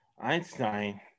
einstein